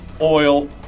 oil